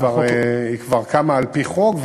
היא כבר קמה על-פי חוק,